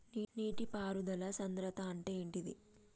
నీటి పారుదల సంద్రతా అంటే ఏంటిది?